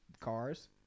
cars